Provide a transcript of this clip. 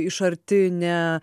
iš arti ne